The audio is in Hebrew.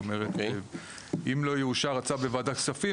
זאת אומרת אם לא יאושר הצו בוועדה כספים,